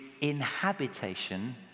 inhabitation